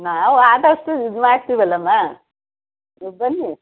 ನಾವು ಆದಷ್ಟು ಇದು ಮಾಡ್ತೀವಲ್ಲಮ್ಮ ನೀವು ಬನ್ನಿ